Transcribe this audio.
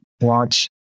watch